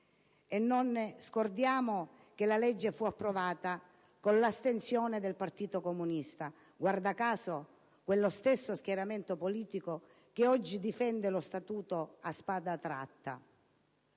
E non scordiamo che la legge fu approvata con l'astensione del Partito Comunista, guarda caso quello stesso schieramento politico che oggi difende lo Statuto a spada tratta,